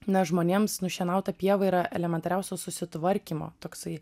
na žmonėms nušienauta pieva yra elementariausio susitvarkymo toksai